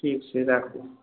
ठीक छै राखु